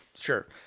Sure